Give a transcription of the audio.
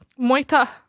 moita